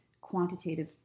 quantitative